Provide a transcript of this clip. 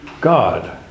God